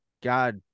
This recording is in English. God